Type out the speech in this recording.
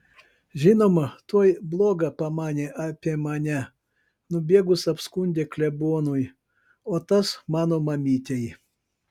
žinoma tuoj bloga pamanė apie mane nubėgus apskundė klebonui o tas mano mamytei